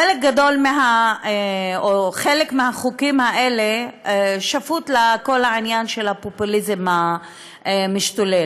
חלק מהחוקים האלה שפוט לכל העניין של הפופוליזם המשתולל,